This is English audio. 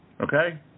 Okay